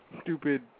stupid